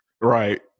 Right